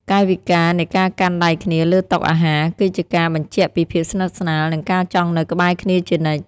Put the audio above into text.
កាយវិការនៃការកាន់ដៃគ្នាលើតុអាហារ គឺជាការបញ្ជាក់ពីភាពស្និទ្ធស្នាល និងការចង់នៅក្បែរគ្នាជានិច្ច។